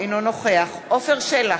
אינו נוכח עפר שלח,